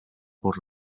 por